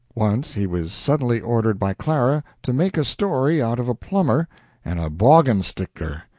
once he was suddenly ordered by clara to make a story out of a plumber and a bawgunstictor,